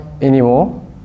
anymore